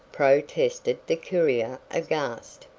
protested the courier, aghast.